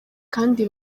kandi